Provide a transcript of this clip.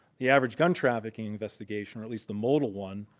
the average gun trafficking investigation, or at least the model one,